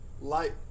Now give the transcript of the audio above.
light